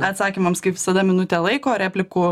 atsakymams kaip visada minutė laiko replikų